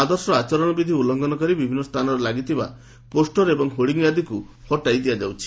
ଆଦର୍ଶ ଆଚରଣବିଧି ଉଲ୍କଘନ କରି ବିଭିନ୍ନ ସ୍କାନରେ ଲାଗିଥିବା ପୋଷ୍ଟର ଓ ହୋଡିଂ ଆଦିକୁ ହଟାଇ ଦିଆଯାଇଛି